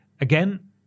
again